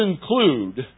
include